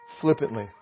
flippantly